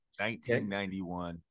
1991